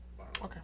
okay